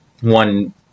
one